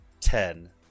Ten